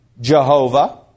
Jehovah